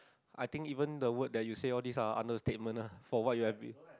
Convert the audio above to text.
I think even the word that you say all these are understatement ah for what you have been